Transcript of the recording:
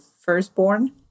firstborn